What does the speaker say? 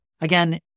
Again